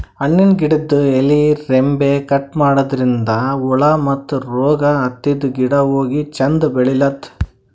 ಹಣ್ಣಿನ್ ಗಿಡದ್ ಎಲಿ ರೆಂಬೆ ಕಟ್ ಮಾಡದ್ರಿನ್ದ ಹುಳ ಮತ್ತ್ ರೋಗ್ ಹತ್ತಿದ್ ಗಿಡ ಹೋಗಿ ಚಂದ್ ಬೆಳಿಲಂತ್